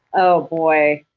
oh, boy.